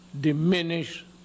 diminish